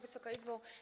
Wysoka Izbo!